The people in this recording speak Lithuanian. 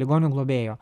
ligonių globėjo